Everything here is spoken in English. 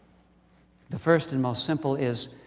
the first and most simple is,